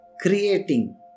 creating